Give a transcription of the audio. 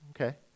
Okay